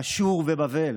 אשור ובבל,